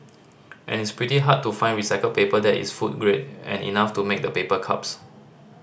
and it's pretty hard to find recycled paper that is food grade and enough to make the paper cups